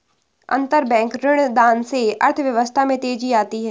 अंतरबैंक ऋणदान से अर्थव्यवस्था में तेजी आती है